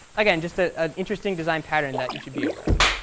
again, just ah an interesting design pattern that you should be aware of.